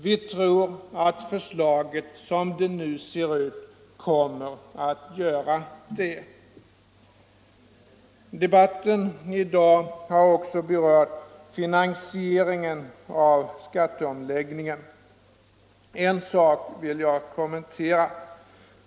Vi tror att förslaget som det nu ser ut kommer att göra det. Debatten i dag har också berört finansieringen av skatteomläggningen, och där är det en sak som jag vill kommentera.